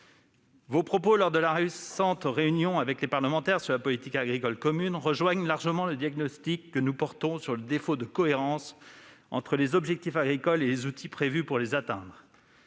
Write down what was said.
avez tenus lors de la récente réunion avec les parlementaires sur la politique agricole commune rejoignent largement le diagnostic que nous établissons sur le défaut de cohérence entre les objectifs agricoles et les outils prévus pour les atteindre.